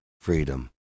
freedom